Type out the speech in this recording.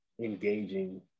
engaging